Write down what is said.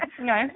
no